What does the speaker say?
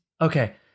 Okay